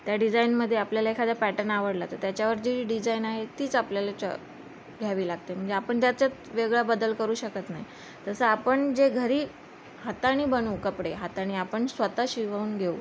त्या डिझाईनमध्ये आपल्याला एखादा पॅटर्न आवडला तर त्याच्यावर जी डिझाईन आहे तीच आपल्याला चॉ घ्यावी लागते म्हणजे आपण त्याच्यात वेगळा बदल करू शकत नाही तसं आपण जे घरी हाताने बनवू कपडे हाताने आपण स्वतः शिवून घेऊ